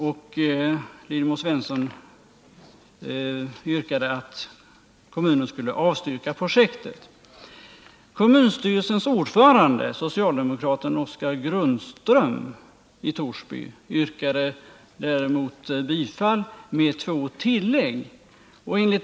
Lillemor Svensson yrkade att kommunen skulle avstyrka projektet. Kommunstyrelsens ordförande, socialdemokraten Oskar Grundström i Torsby, yrkade däremot bifall med två tillägg.